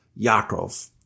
Yaakov